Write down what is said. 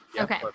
Okay